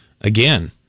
again